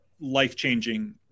life-changing